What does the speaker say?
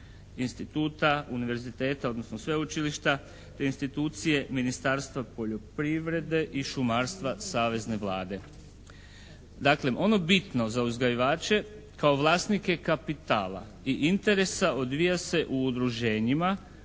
instituta, univerziteta, odnosno sveučilišta, institucije Ministarstva poljoprivrede i šumarstva savezne Vlade. Dakle, ono bitno za uzgajivače kao vlasnike kapitala i interesa odvija se u udruženjima